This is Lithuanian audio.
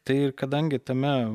tai ir kadangi tame